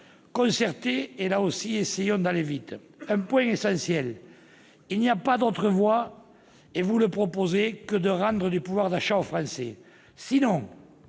Concertez et, là aussi, essayons d'aller vite ! Un point essentiel, il n'y a pas d'autre voie, et c'est ce que vous proposez, que de rendre du pouvoir d'achat aux Français. Sans